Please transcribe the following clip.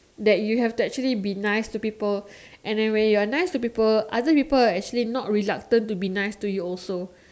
that you have to actually be nice to people and then when you're nice to people other people are actually not reluctant to be nice to you also